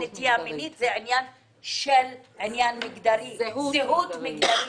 נטייה מינית אלא עניין של זהות מגדרית,